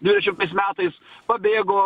dvidešimtais metais pabėgo